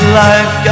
life